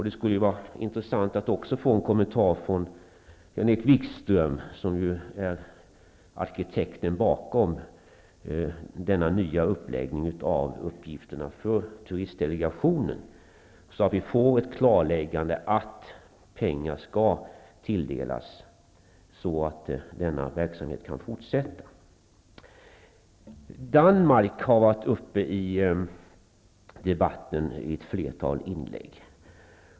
Det skulle vara intressant att få en kommentar även från Jan-Erik Wikström, som ju är arkitekten bakom denna nya uppläggning av uppgifterna för Turistdelegationen, så att vi får ett klarläggande att pengar skall tilldelas så att denna verksamhet kan fortsätta. I ett flertal inlägg har Danmark tagits upp.